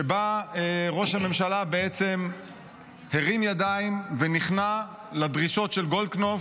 שבה ראש הממשלה בעצם הרים ידיים ונכנע לדרישות של גולדקנופ,